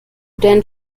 deinen